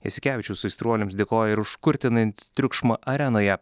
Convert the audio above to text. jasikevičius aistruoliams dėkojo ir už kurtinantį triukšmą arenoje